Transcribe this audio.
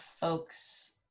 folks